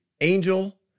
angel